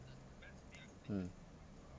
mm